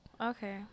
Okay